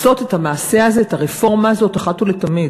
לעשות את המעשה הזה, את הרפורמה הזאת, אחת ולתמיד.